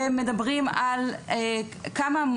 שמדברים על כמה,